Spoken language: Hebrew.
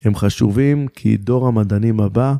‫הם חשובים כי דור המדענים הבא...